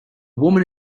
woman